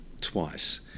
twice